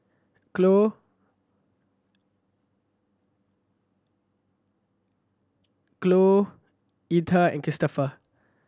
CloeCloe Aleta and Christopher